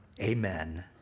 amen